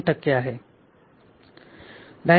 3 टक्के आहे